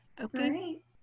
Okay